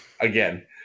Again